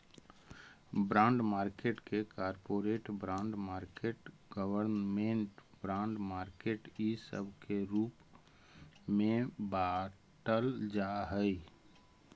bond market के corporate bond market government bond market इ सब के रूप में बाटल जा हई